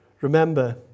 remember